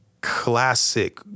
classic